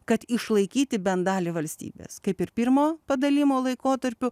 kad išlaikyti bent dalį valstybės kaip ir pirmo padalijimo laikotarpiu